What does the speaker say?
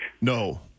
No